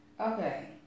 Okay